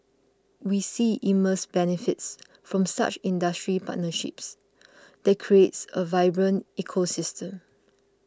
we see immense benefits from such industry partnerships that creates a vibrant ecosystem